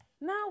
Now